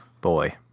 boy